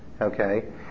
okay